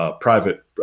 private